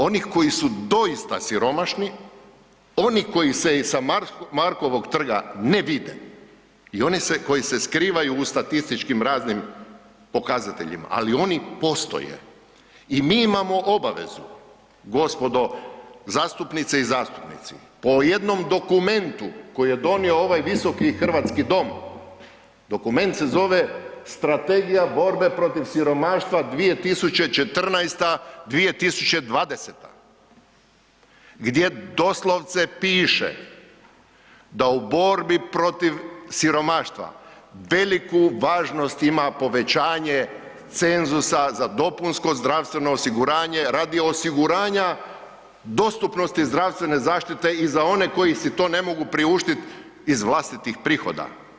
Onih koji su doista siromašni, oni koji se sa Markovog trga ne vide i oni koji se skrivaju u statističkim raznim pokazateljima, ali oni postoje i mi imamo obavezu, gospodo zastupnice i zastupnici, po jednom dokumentu koji je donio ovaj Visoki hrvatski dom, dokument se zove Strategija borbe protiv siromaštva 2014.-2020. gdje doslovce piše da u borbi protiv siromaštva veliku važnost ima povećanje cenzusa za dopunsko zdravstveno osiguranje radi osiguranja dostupnosti zdravstvene zaštite i za one koji si to ne mogu priuštiti iz vlastitih prihoda.